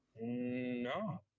No